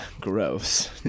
gross